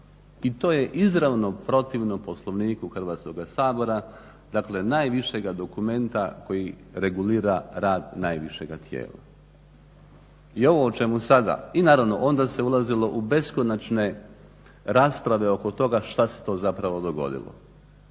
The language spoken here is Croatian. i to je izravno protivno Poslovniku Hrvatskoga sabora. Dakle, najvišega dokumenta koji regulira rad najvišega tijela. I ovo o čemu sada i naravno onda se ulazilo u beskonačne rasprave oko toga šta se to zapravo dogodilo.